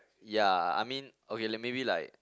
ya I mean okay like maybe like